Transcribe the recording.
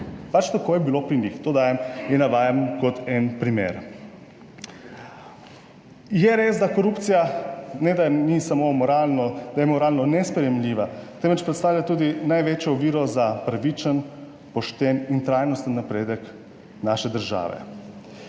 pač tako je bilo pri njih. To dajem in navajam kot en primer. Je res, da korupcija, ne da ni samo moralno, da je moralno nesprejemljiva, temveč predstavlja tudi največjo oviro za pravičen, pošten in trajnosten napredek naše države.